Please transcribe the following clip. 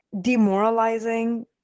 demoralizing